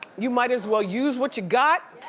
you might as well use what you got